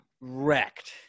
wrecked